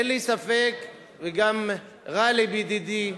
אין לי ספק, וגם גאלב, ידידי,